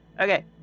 okay